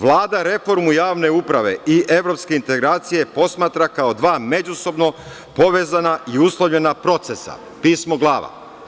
Vlada reformu javne uprave i evropske integracije posmatra kao dva međusobno povezana i uslovljena procesa, pismo-glava.